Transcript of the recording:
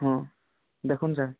ହଁ ଦେଖୁନ୍ ସାର୍